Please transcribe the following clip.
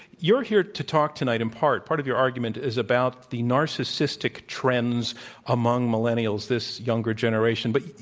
you're here to talk tonight in part part of your argument is about the narcissistic trends among millennials, this younger generation. but,